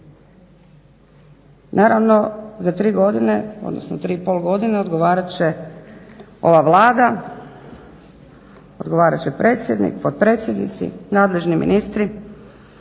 Naravno za tri godine, tri i pol godine odgovarat će ova Vlada, odgovarat će predsjednik, potpredsjednici, nadležni ministri.